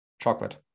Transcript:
chocolate